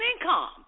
income